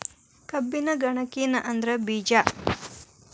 ಕಬ್ಬಿನ ಗನಕಿನ ಅದ್ರ ಬೇಜಾ